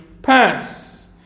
pass